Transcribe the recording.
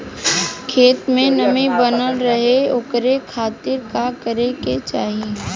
खेत में नमी बनल रहे ओकरे खाती का करे के चाही?